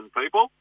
people